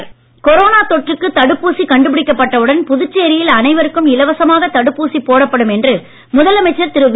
Narayanasamy corona தொற்றுக்கு தடுப்பூசி கண்டுபிடிக்கப்பட்ட உடன் புதுச்சேரியில் அனைவருக்கும் இலவசமாக தடுப்பூசி போடப்படும் என்று முதலமைச்சர் திரு வி